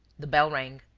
the bell rang.